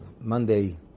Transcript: Monday